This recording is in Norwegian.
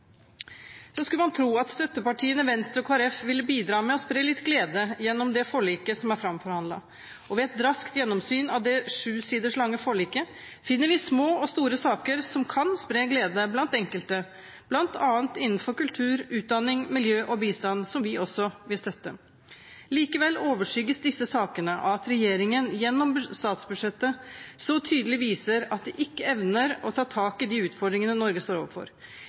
Så skulle man tro at støttepartiene Venstre og Kristelig Folkeparti ville bidra med å spre litt glede gjennom det forliket som er framforhandlet, og ved et raskt gjennomsyn av det sju siders lange forliket finner vi små og store saker som kan spre glede blant enkelte, bl.a. innenfor kultur, utdanning, miljø og bistand, som vi også vil støtte. Likevel overskygges disse sakene av at regjeringen gjennom statsbudsjettet så tydelig viser at de ikke evner å ta tak i de utfordringene Norge står overfor.